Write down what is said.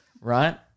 right